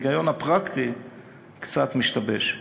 ההיגיון הפרקטי קצת משתבש.